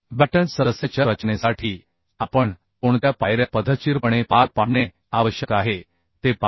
batten सदस्याच्या रचनेसाठी आपण कोणत्या पायऱ्या पद्धतशीरपणे पार पाडणे आवश्यक आहे ते पाहू